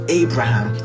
abraham